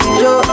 yo